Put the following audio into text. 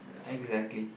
exactly